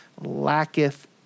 lacketh